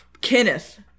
Kenneth